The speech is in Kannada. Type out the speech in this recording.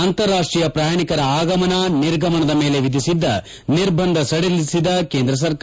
ಅಂತಾರಾಷ್ಷೀಯ ಪ್ರಯಾಣಿಕರ ಆಗಮನ ನಿರ್ಗಮನದ ಮೇಲೆ ವಿಧಿಸಿದ್ದ ನಿರ್ಬಂಧ ಸಡಿಲಿಸಿದ ಕೇಂದ್ರ ಸರ್ಕಾರ